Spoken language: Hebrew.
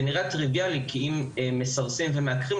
זה נראה טריוויאלי כי אם מסרסים ומעקרים,